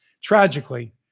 Tragically